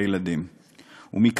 הזה,